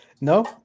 No